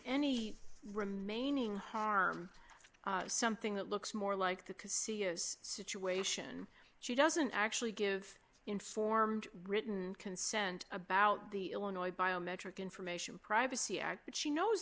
any remaining harm something that looks more like the situation she doesn't actually give informed written consent about the illinois biometric information privacy act she knows